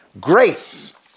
grace